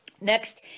Next